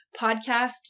podcast